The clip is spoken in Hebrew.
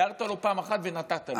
הערת לו פעם אחת ונתת לו.